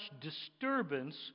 disturbance